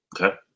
Okay